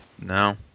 No